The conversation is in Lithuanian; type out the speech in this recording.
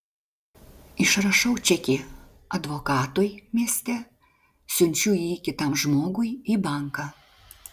išrašau čekį advokatui mieste siunčiu jį kitam žmogui į banką